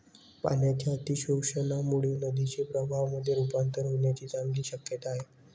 पाण्याच्या अतिशोषणामुळे नदीचे प्रवाहामध्ये रुपांतर होण्याची चांगली शक्यता आहे